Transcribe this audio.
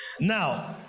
Now